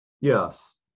Yes